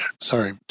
Sorry